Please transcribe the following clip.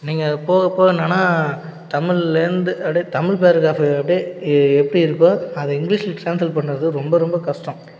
நீங்கள் போக போக என்னான்னா தமிழ்லேருந்து அப்படியே தமிழ் பேரக்ராஃப்பு அப்படியே எப்படி இருக்கோ அதை இங்கிலீஷில் ட்ரான்ஸ்லேட் பண்ணுறது ரொம்ப ரொம்ப கஷ்டம்